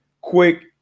quick